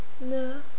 No